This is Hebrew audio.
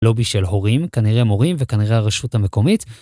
לובי של הורים, כנראה מורים וכנראה הרשות המקומית.